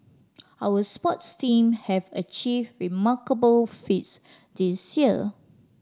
our sports team have achieved remarkable feats this year